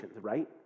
right